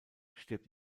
stirbt